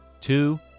two